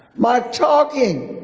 my talking